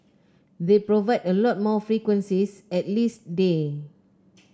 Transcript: they provide a lot more frequencies at least day